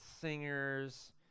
singers